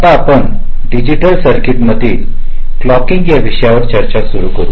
आता आपण डिजिटल सर्किटमधील क्लोकिंग या विषयावर चर्चा सुरू करू